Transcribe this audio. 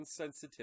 insensitivity